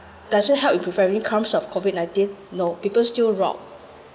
doesn't help your family comes of COVID nineteen no people still rob